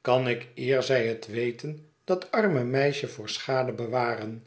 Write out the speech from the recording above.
kan ik eer zij het weten dat arme meisje voor schade bewaren